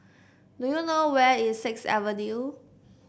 do you know where is Sixth Avenue